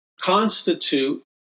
constitute